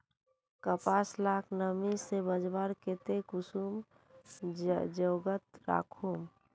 कपास लाक नमी से बचवार केते कुंसम जोगोत राखुम?